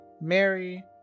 Mary